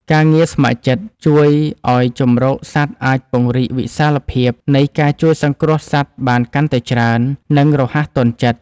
ការងារស្ម័គ្រចិត្តជួយឱ្យជម្រកសត្វអាចពង្រីកវិសាលភាពនៃការជួយសង្គ្រោះសត្វបានកាន់តែច្រើន និងរហ័សទាន់ចិត្ត។